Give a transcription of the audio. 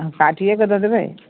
हँ काटिये कऽ दऽ देबै